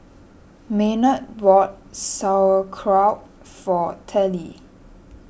Maynard bought Sauerkraut for Tallie